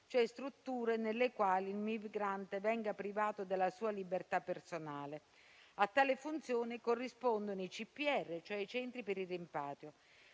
cioè strutture nelle quali il migrante viene privato della sua libertà personale. A tale funzione corrispondono i centri di permanenza per i rimpatri